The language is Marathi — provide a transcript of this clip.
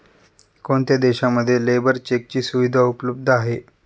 कोणत्या देशांमध्ये लेबर चेकची सुविधा उपलब्ध आहे?